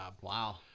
wow